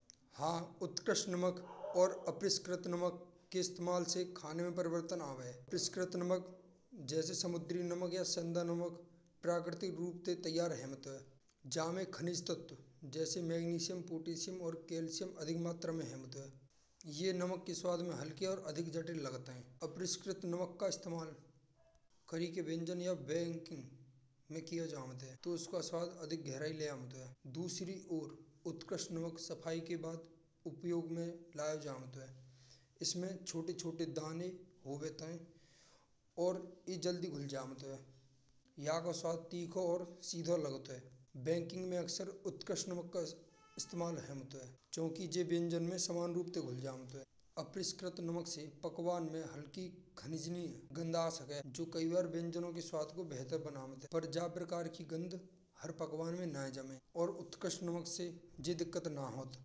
हन उत्क्रष्ट नमक और अपशृखित नमक के इस्तमाल से खाने में परिवर्तन आवे। अपरिश्कृत नमक जैस समुंद्री नमक या सेंधा नमक। प्राकृतिक रूप से तैयार हे। जामे खनिज तत्त्व जैसे मैग्नेशियम, पोटेशियम और कैल्शियम एरिक मात्रा में होते हैं। यह नमक के स्वाद में हल्की और अधिक जटिल लगता है। अपरिष्कृत नमक का इस्तमाल करी के व्यंजन बेकिंग में किया जाता है। तो उसका स्वाद और गहराई लौट आता है। दूसरे या उत्कृष्ठ नमक सफाई के बुरे उपयोग में लाए जाते हैं। इसमें छोटे-छोटे दाने होते हैं। और यह जल्दी घुल जाते हैं। यह का स्वाद तीखा और सीधा लगता है। बेकिंग में अक्सर उत्क्रष्ट इस्तमाल होता है। क्योंकि जब इंजन में समान रूप से भूल जाऊं तो विशेष नमक से पकवान में हल्की खनिज गँधास है। जो कई बार व्यंजनों के साथ को बेहतर बना प्रकार की गांध हर भगवान में नाय जामे और उत्क्रष्ट नमक से जिद कद न हो।